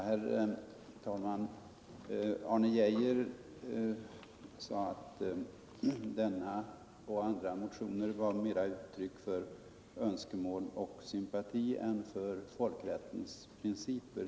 Herr talman! Herr Geijer sade att denna och andra motioner var mera Onsdagen den uttryck för önskemål och sympati än för folkrättens principer.